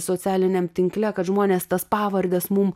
socialiniam tinkle kad žmonės tas pavardes mum